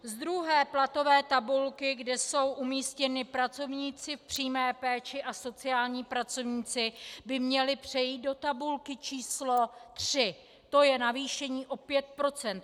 Z druhé platové tabulky, kde jsou umístěni pracovníci v přímé péči a sociální pracovníci, by měli přejít do tabulky číslo tři, to je navýšení o 5 %.